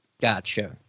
Gotcha